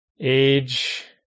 Age